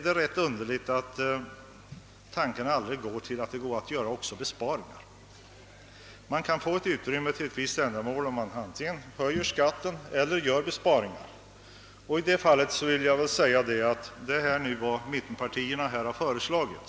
Det är ganska underligt att den tanken aldrig uppstår att det också går att göra besparingar. Man kan få utrymme för ett visst ändamål antingen genom att höja skatten eller genom att göra besparingar. Det är vad mittenpartierna här har föreslagit.